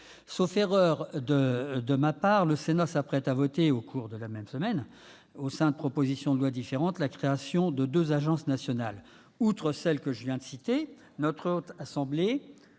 Sauf erreur de ma part, le Sénat s'apprête à voter, au cours de la même semaine, au sein de propositions de loi différentes, la création de deux agences nationales. En effet, notre Haute Assemblée